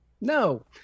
No